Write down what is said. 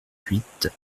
huit